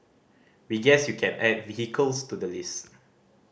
we guess you can add vehicles to the list